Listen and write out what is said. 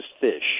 fish